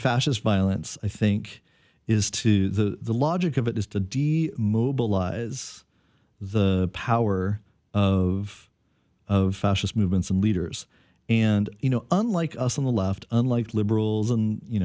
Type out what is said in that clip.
fascist violence i think is to the logic of it is to d mobilize the power of of fascist movements and leaders and you know unlike us on the left unlike liberals and you